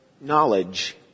knowledge